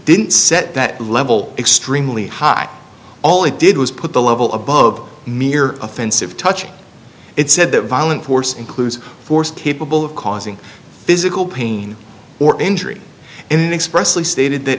didn't set that level extremely high all it did was put the level above mere offensive touching it said that violent force includes force capable of causing physical pain or injury in expressly stated that